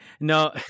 no